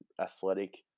athletic